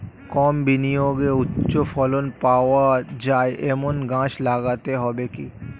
কম বিনিয়োগে উচ্চ ফলন পাওয়া যায় এমন গাছ লাগাতে হবে কি?